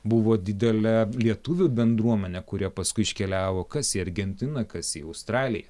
buvo didelė lietuvių bendruomenė kurie paskui iškeliavo kas į argentiną kas į australiją